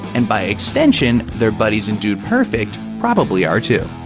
and by extension, their buddies in dude perfect probably are too.